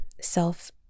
self